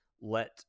Let